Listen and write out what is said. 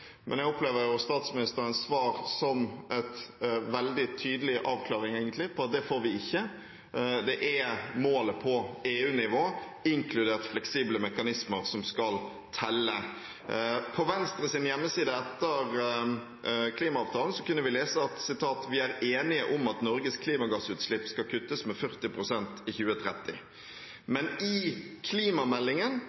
men jeg opplever statsministerens svar som egentlig en veldig tydelig avklaring av at det får vi ikke. Det er målet på EU-nivå, inkludert fleksible mekanismer, som skal telle. På Venstres hjemmeside etter klimaavtalen kunne vi lese: «Vi er enige om at Norge skal kutte klimagassutslipp med minst 40 % i 2030.» Men i klimameldingen